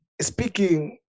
speaking